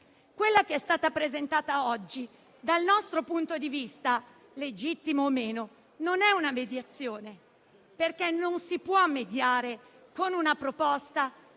Quella che è stata presentata oggi, dal nostro punto di vista (legittimo o meno), non è una mediazione, perché non si può mediare con una proposta